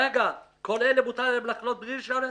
אבל רגע, מה, לכל השאר מותר לחנות בלי רישיון עסק?